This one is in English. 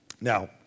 Now